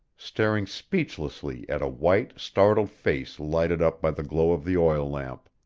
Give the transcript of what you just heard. staring speechlessly at a white, startled face lighted up by the glow of the oil lamp.